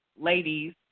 ladies